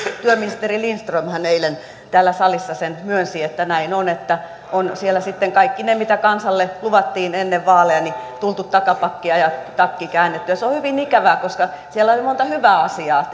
työministeri lindströmhän eilen täällä salissa sen myönsi että näin on että on siellä sitten kaikissa niissä mitä kansalle luvattiin ennen vaaleja tultu takapakkia ja takki käännetty ja se on hyvin ikävää koska siellä teidän ohjelmassanne oli monta hyvää asiaa